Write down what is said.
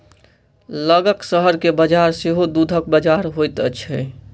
लगक शहर के बजार सेहो दूधक बजार होइत छै